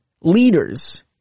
leaders